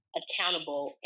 accountable